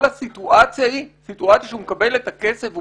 כל הסיטואציה היא סיטואציה שהוא מקבל את הכסף והוא